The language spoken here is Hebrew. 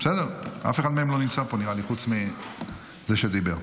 נראה לי שאף אחד לא נמצא פה, חוץ מזה שדיבר.